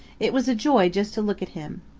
it was a joy just to look at him.